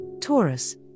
Taurus